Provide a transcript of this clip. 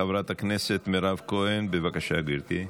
חברת הכנסת מירב כהן, בבקשה, גברתי.